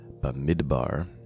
Bamidbar